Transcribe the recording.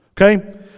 okay